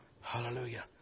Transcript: Hallelujah